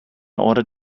order